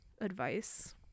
advice